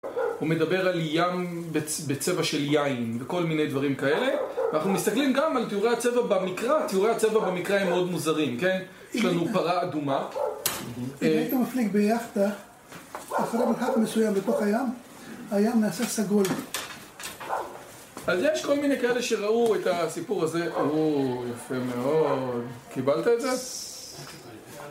הוא מדבר על ים בצבע של יין וכל מיני דברים כאלה ואנחנו מסתכלים גם על תיאורי הצבע במקרא תיאורי הצבע במקרא הם מאוד מוזרים, כן? יש לנו פרה אדומה... אם היית מפליג ביאכטה אחרי מרחק מסוים בתוך הים הים נעשה סגול. אז יש כל מיני כאלה שראו את הסיפור הזה... אוו, יפה מאוד, קיבלת את זה?